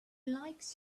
likes